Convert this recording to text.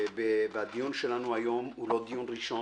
הדיון שלנו היום הוא לא דיון ראשון,